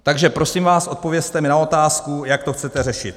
Takže prosím vás, odpovězte mi na otázku, jak to chcete řešit.